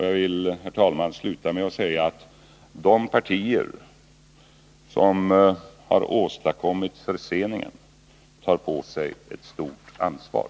Jag vill avslutningsvis framhålla att de partier som har åstadkommit förseningen tar på sig ett stort ansvar.